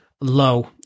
low